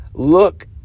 Look